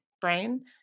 brain